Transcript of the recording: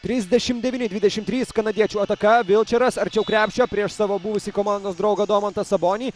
trisdešimt devyni dvidešimt trys kanadiečių ataka vilčeras arčiau krepšio prieš savo buvusį komandos draugą domantą sabonį